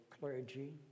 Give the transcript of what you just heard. clergy